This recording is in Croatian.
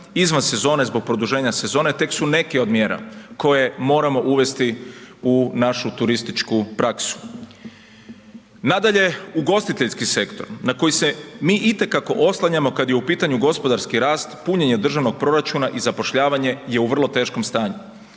izvan sezone zbog produženja sezone tek su neke od mjera koje moramo uvesti u našu turističku praksu. Nadalje, ugostiteljski sektor na koji se mi i te kako oslanjamo kad je u pitanju gospodarski rast, punjenje državnog proračuna i zapošljavanje je u vrlo teškom stanju.